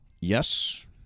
Yes